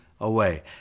away